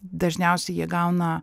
dažniausiai jie gauna